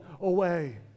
away